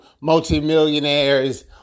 multimillionaires